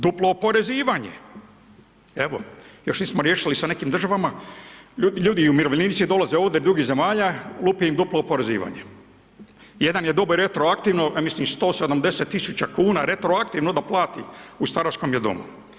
Duplo oporezivanje evo još nismo riješili sa nekim državama, ljudi umirovljenici dolaze ovde iz drugih zemalja, lupi im duplo oporezivanje, jedan je dobio retroaktivno ja mislim 170.000 kuna retroaktivno da plati u staračkom je domu.